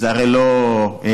זה הרי לא רציני.